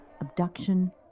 abduction